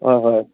হয় হয়